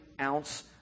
ounce